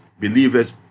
believers